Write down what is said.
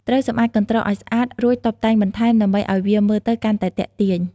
ត្រូវសម្អាតកន្ត្រកឲ្យស្អាត រួចតុបតែងបន្ថែមដើម្បីឲ្យវាមើលទៅកាន់តែទាក់ទាញ។